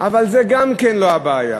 אבל זו גם כן לא הבעיה.